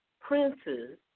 princes